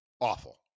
awful